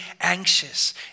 anxious